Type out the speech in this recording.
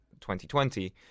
2020